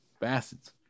Bastards